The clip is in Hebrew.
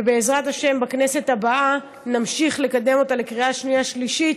ובעזרת השם בכנסת הבאה נמשיך לקדם אותה לקריאה שנייה ושלישית,